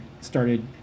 started